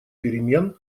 перемен